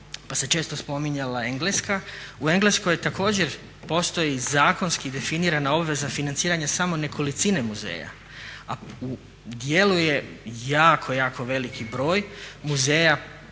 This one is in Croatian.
pa se često spominjala Engleska. U Engleskoj također postoji zakonski definirana obveza financiranja samo nekolicine muzeja. Djeluje jako veliki, veliki broj muzeja